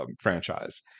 franchise